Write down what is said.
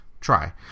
Try